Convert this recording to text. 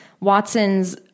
Watson's